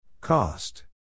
Cost